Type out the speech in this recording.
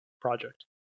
project